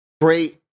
great